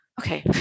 Okay